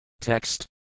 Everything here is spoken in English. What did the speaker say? Text